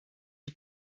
die